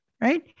right